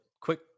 quick